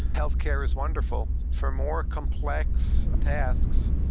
healthcare is wonderful. for more complex tasks,